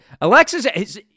Alexis